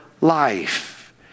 life